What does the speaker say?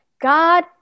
God